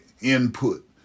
input